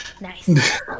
Nice